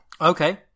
Okay